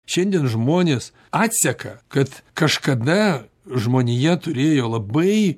šiandien žmonės atseka kad kažkada žmonija turėjo labai